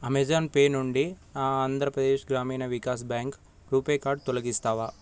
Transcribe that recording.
Amazon Pay నుండి Andhra Pradesh Grameena Vikas bank RuPay card తొలగిస్తావా